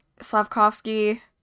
Slavkovsky